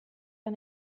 lan